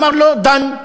אמר לו: done,